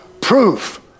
Proof